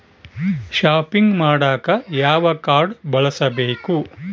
Shopping ಮಾಡಾಕ ಯಾವ card ಬಳಸಬೇಕು?